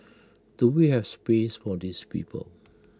do we have space for these people